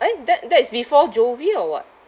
eh that that is before jovie or what